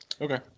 Okay